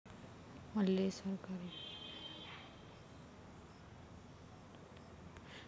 मले सरकारी योजतेन पैसा टाकता येईन काय?